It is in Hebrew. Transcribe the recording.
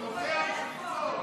הוא בטלפון,